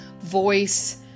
voice